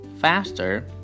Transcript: faster